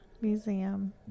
Museum